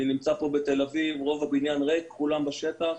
אני נמצא פה בתל אביב, רוב הבניין ריק, כולם בשטח.